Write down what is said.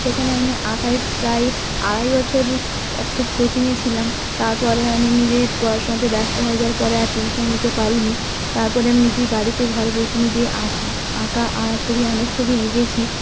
সেখানে আমি আঁকায় প্রায়ই আড়াই বছর একটা কোচিংয়ে ছিলাম তারপরে আমি নিজেই পড়াশোনাতে ব্যস্ত হয়ে যাওয়ার পরে আর টিউশনি নিতে পারি নি তারপরে আমি নিজেই বাড়িতে ঘরে বসে নিজেই আঁকি আঁকা ছবি অনেক ছবি এঁগেছি